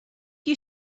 you